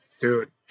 dude